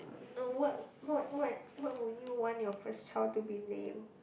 no what what what what would you want your first child to be named